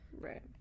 right